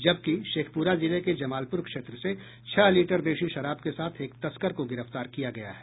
जबकि शेखप्रा जिले के जमालपुर क्षेत्र से छह लीटर देशी शराब के साथ एक तस्कर को गिरफ्तार किया गया है